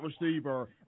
receiver